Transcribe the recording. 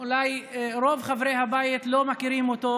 אולי רוב חברי הבית לא מכירים אותו,